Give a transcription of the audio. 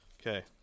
Okay